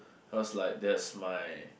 cause like that's my